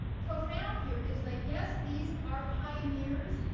profound here is that, yes, these are pioneers,